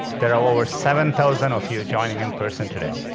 there are over seven thousand of you joining in person today.